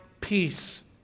peace